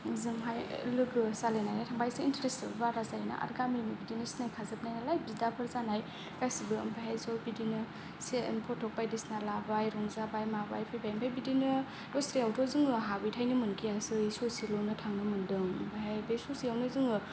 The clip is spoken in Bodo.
ओजोंहाय लोगो जालायनानै थांबा एसे इन्टेरेस्ट आबो एसे बारा जायोना आरो गामिनि बिदिनो सिनायखाजोबनाय नालाय बिदाफोर जानाय गासिबो ओमफ्रायहाय ज' बिदिनो एसे फट' बायदिसिना लाबाय रंजाबाय माबाय फैबाय ओमफ्राय बिदिनो दस्रायावथ' जोंङो हाबैथायनो मोनखायासै ससेल'नो थांनो मोनदों ओमफ्रायहाय बे ससेयावनो जोंङो